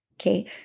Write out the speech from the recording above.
Okay